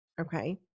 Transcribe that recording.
okay